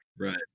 Right